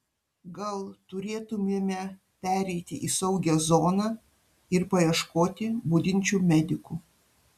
gal turėtumėme pereiti į saugią zoną ir paieškoti budinčių medikų